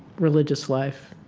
religious life.